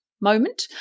moment